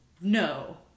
no